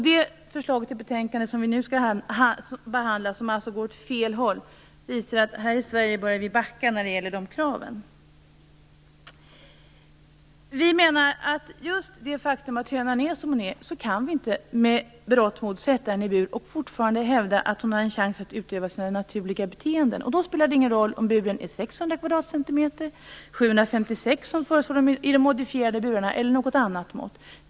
Det betänkande som vi nu skall behandla, som alltså går åt fel håll, visar att vi i Sverige börjar backa när det gäller kraven. Vi menar att just med hänsyn till det faktum att hönan är som hon är kan vi inte med berått mod sätta henne i bur och fortfarande hävda att hon har en chans att utöva sina naturliga beteenden. Då spelar det ingen roll om buren är 600 cm2, 756 cm2 som har föreslagits för de modifierade burarna, eller har något annat mått.